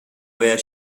where